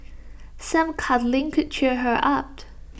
some cuddling could cheer her up